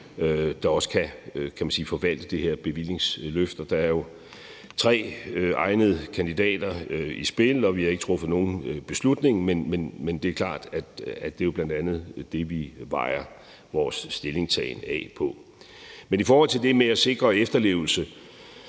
der også kan forvalte det her bevillingsløft. Der er jo tre egnede kandidater i spil, og vi har ikke truffet nogen beslutning, men det er klart, at det jo bl.a. er det, vi vejer vores stillingtagen af på. I forhold til det med at sikre efterlevelse